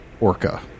Orca